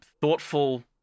thoughtful